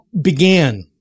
began